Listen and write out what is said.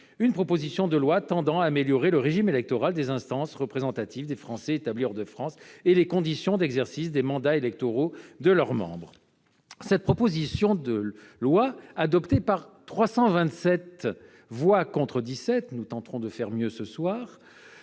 une proposition de loi tendant à améliorer le régime électoral des instances représentatives des Français établis hors de France et les conditions d'exercice des mandats électoraux de leurs membres. Cette proposition de loi, adoptée par 327 voix contre 17- nous tenterons de faire encore mieux ce soir